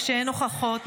כשאין הוכחות,